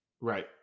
Right